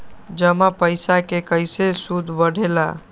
जमा पईसा के कइसे सूद बढे ला?